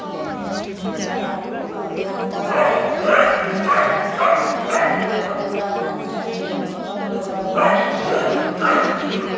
ने ने नेभाराहरू काभ्रा यस्तो अब घरमै घरमै अब कत्तिवडा घाँस चाहिँ हामी जङ्गल गएर ल्याएर दिने दिन्छौँ